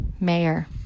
mayor